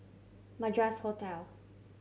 Madras Hotel